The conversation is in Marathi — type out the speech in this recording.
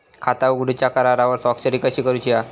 खाता उघडूच्या करारावर स्वाक्षरी कशी करूची हा?